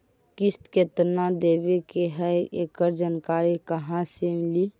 किस्त केत्ना देबे के है एकड़ जानकारी कहा से ली?